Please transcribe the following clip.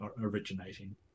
originating